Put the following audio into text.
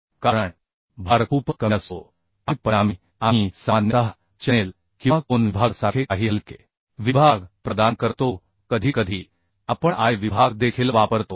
कारण भार खूपच कमी असतो आणि परिणामी आम्ही सामान्यतः चॅनेल किंवा कोन विभागासारखे काही हलके विभाग प्रदान करतो कधीकधी आपण आय विभाग देखील वापरतो